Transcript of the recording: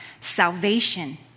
salvation